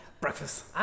Breakfast